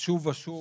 שוב ושוב,